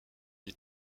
les